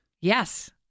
Yes